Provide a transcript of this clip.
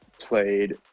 played